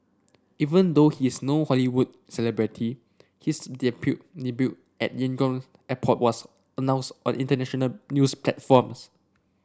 even though he is no Hollywood celebrity his debut at Yangon airport was announced on international news platforms